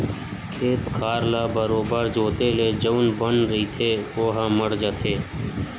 खेत खार ल बरोबर जोंते ले जउन बन रहिथे ओहा मर जाथे